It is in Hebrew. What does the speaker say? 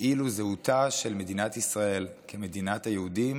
כאילו זהותה של מדינת ישראל כמדינת היהודים